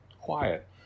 quiet